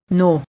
no